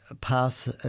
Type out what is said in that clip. pass